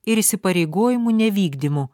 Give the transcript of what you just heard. ir įsipareigojimų nevykdymu